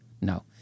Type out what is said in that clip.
No